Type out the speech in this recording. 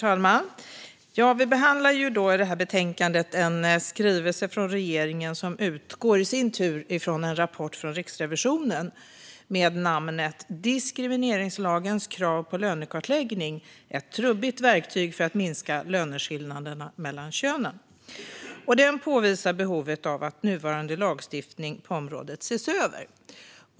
Herr talman! Vi behandlar i det här betänkandet en skrivelse från regeringen som i sin tur utgår från en rapport från Riksrevisionen med namnet Diskrimineringslagens krav på lönekartläggning - ett trubbigt verktyg för att minska löneskillnaderna mellan könen . Den påvisar behovet av att nuvarande lagstiftning på området ses över.